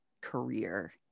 career